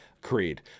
creed